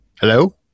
Hello